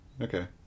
Okay